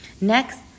Next